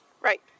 Right